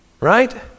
right